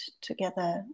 together